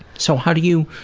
so how do you,